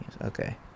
Okay